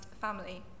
family